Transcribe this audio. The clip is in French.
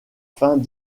fins